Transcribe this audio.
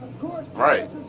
Right